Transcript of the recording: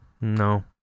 No